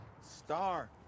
Star